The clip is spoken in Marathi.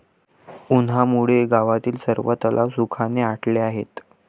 उन्हामुळे गावातील सर्व तलाव सुखाने आटले आहेत